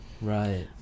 Right